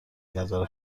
نظر